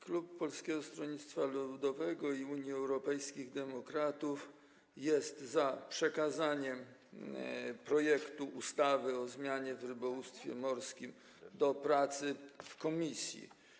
Klub Polskiego Stronnictwa Ludowego i Unii Europejskich Demokratów jest za przekazaniem projektu ustawy o zmianie ustawy o rybołówstwie morskim do prac w komisji.